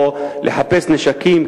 או לחפש נשקים,